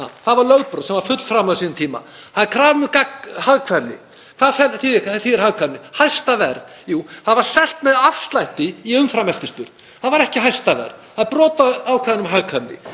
Það var lögbrot sem var fullframið á sínum tíma. Það er krafa um hagkvæmni. Hvað þýðir hagkvæmni? Hæsta verð? Það var selt með afslætti í umframeftirspurn, það er ekki hæsta verð og það er brot á ákvæðum um hagkvæmni.